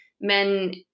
men